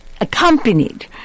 accompanied